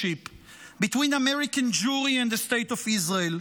between American Jewry and the State of Israel.